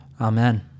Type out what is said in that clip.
amen